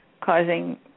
causing